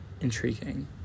Intriguing